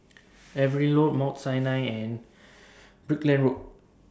Evelyn Road Mount Sinai and Brickland Road